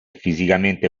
fisicamente